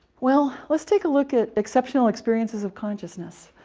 well, let's take a look at exceptional experiences of consciousness.